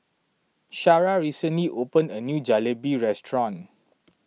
Shara recently opened a new Jalebi restaurant